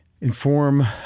inform